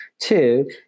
Two